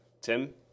Tim